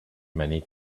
many